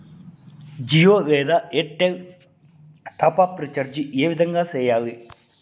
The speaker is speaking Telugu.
జియో లేదా ఎయిర్టెల్ టాప్ అప్ రీచార్జి ఏ విధంగా సేయాలి